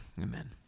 amen